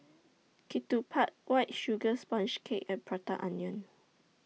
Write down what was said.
Ketupat White Sugar Sponge Cake and Prata Onion